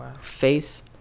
face